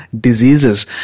diseases